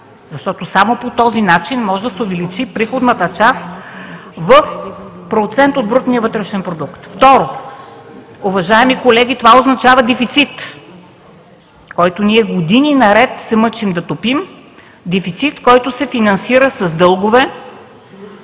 защото само по този начин може да се увеличи приходната част в процент от брутния вътрешен продукт; второ, това означава дефицит, който ние години наред се мъчим да топим – дефицит, който се финансира с дългове,